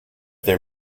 their